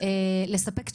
לספק תשובות.